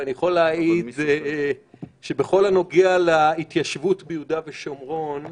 ואני יכול להעיד שבכל הנוגע להתיישבות ביהודה ושומרון,